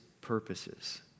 purposes